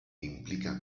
implica